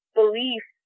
belief